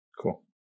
cool